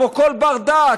כמו כל בר-דעת,